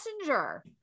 messenger